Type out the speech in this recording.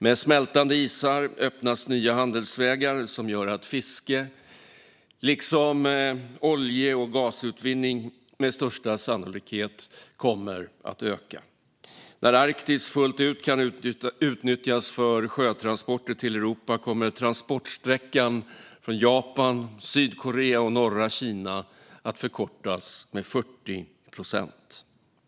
Med smältande isar öppnas nya handelsvägar som gör att fiske liksom olje och gasutvinning med största sannolikhet kommer att öka. När Arktis fullt ut kan utnyttjas för sjötransporter till Europa kommer transportsträckan från Japan, Sydkorea och norra Kina att förkortas med 40 procent.